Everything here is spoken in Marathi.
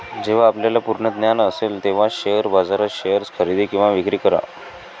जेव्हा आपल्याला पूर्ण ज्ञान असेल तेव्हाच शेअर बाजारात शेअर्स खरेदी किंवा विक्री करा